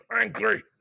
angry